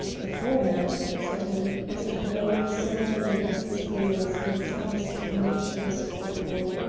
the foreigner? said he, as if there were so many in his experience that some discrimination was called for.